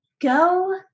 go